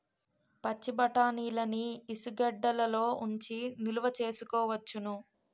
పచ్చిబఠాణీలని ఇసుగెడ్డలలో ఉంచి నిలవ సేసుకోవచ్చును